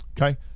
Okay